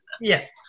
Yes